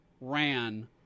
ran